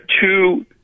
two